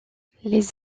les